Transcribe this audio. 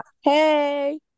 hey